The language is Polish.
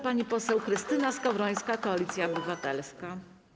Pani poseł Krystyna Skowrońska, Koalicja Obywatelska.